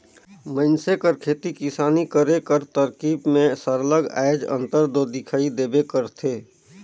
मइनसे कर खेती किसानी करे कर तरकीब में सरलग आएज अंतर दो दिखई देबे करथे